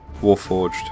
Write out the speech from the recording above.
warforged